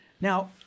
Now